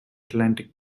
atlantic